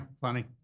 funny